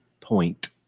point